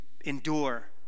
endure